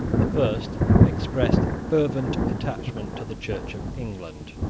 the first expressed fervent attachment to the church of england.